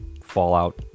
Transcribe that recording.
fallout